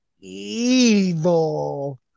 evil